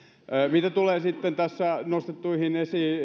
mitä tulee sitten tässä esiin nostettuihin